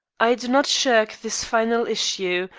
i do not shirk this final issue,